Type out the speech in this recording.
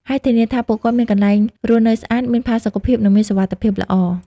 ហើយធានាថាពួកគាត់មានកន្លែងរស់នៅស្អាត មានផាសុកភាព និងមានសុវត្ថិភាពល្អ។